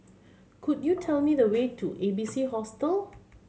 could you tell me the way to A B C Hostel